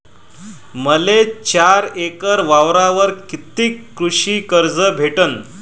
मले चार एकर वावरावर कितीक कृषी कर्ज भेटन?